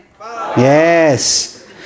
yes